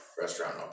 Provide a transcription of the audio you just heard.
restaurant